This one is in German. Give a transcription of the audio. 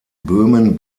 böhmen